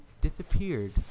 disappeared